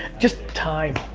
just time.